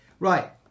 Right